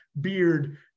beard